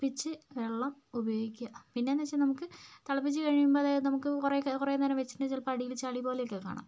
പ്പിച്ച് വെള്ളം ഉപയോഗിക്കുക പിന്നെയെന്ന് വെച്ചാൽ നമുക്ക് തിളപ്പിച്ച് കഴിയുമ്പോൾ അതായത് നമുക്ക് കുറേയൊക്കെ കുറേനേരം വെച്ചിട്ടുണ്ടെ ചിലപ്പോൾ അടിയിൽ ചെളിപോലെയൊക്കെ കാണാം